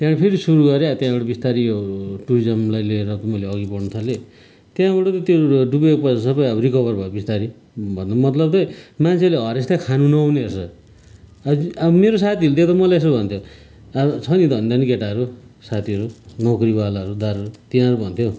त्यहाँबाट फेरि सुरु गरेँ त्यहाँबाट बिस्तारै यो टुरिज्मलाई लिएर मैले अघि बढ्नु थालेँ त्यहाँबाट पनि त्यो डुबेको त पैसा सबै अब रिकभर भयो बिस्तारै भन्नुको मतलब चाहिँ मान्छेले हरेस चाहिँ खानु नहुने रहेछ मेरो साथीहरूले देख्दा मलाई यसो भन्छ अब छ नि धनी धनी केटाहरू साथीहरू नोकरीवालाहरू दारहरू तिनीहरू भन्थे